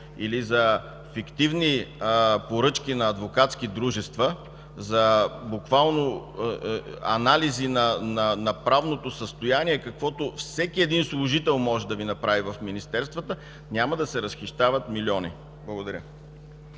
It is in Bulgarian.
или за фиктивни поръчки на адвокатски дружества буквално за анализи на правното състояние, каквото всеки един служител в министерствата може да Ви направи, няма да се разхищават милиони. Благодаря.